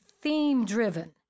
theme-driven